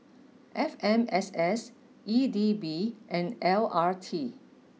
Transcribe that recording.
F M S S E D B and L R T